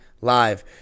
live